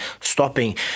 stopping